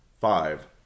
five